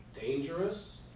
dangerous